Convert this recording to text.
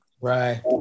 Right